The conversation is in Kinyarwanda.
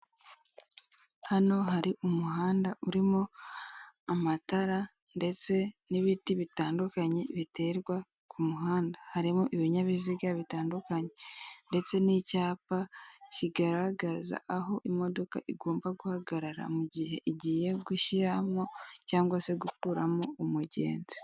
Hano hari umuhanda urimo amatara ndetse n'ibiti bitandukanye biterwa ku muhanda harimo ibinyabiziga bitandukanye, ndetse n'icyapa kigaragaza aho imodoka igomba guhagarara, mu gihe igiye gushyiramo cyangwa se gukuramo umugenzi.